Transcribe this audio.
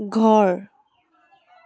ঘৰ